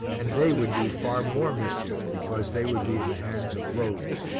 and they would do far more mischief, because they would be in the hands of rogues,